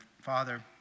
Father